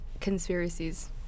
conspiracies